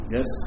Yes